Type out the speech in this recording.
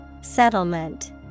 Settlement